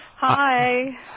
Hi